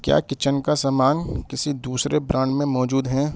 کیا کچن کا سامان کسی دوسرے بران میں موجود ہیں